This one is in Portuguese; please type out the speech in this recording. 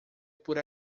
por